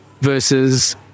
Versus